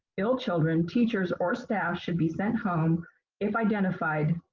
ill children, teachers, or staff should be sent home if identified,